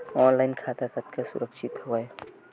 Online खाता कतका सुरक्षित हवय?